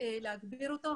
ושיש להגביר אותו.